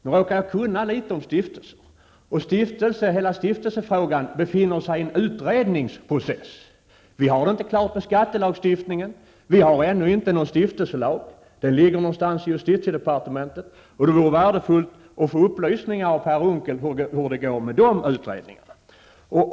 Jag råkar kunna litet om stiftelser, och jag vet att hela stiftelsefrågan befinner sig i en utredningsprocess. Det är inte klart med skattelagstiftningen, och det finns ännu inte någon stiftelselag -- den ligger någonstans i justitiedepartementet. Det vore värdefullt att få upplysningar av Per Unckel om hur det går med de utredningarna.